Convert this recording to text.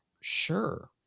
sure